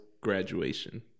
graduation